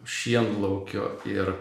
šienlaukio ir